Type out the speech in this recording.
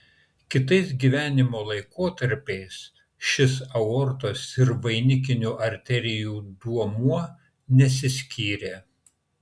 kitais gyvenimo laikotarpiais šis aortos ir vainikinių arterijų duomuo nesiskyrė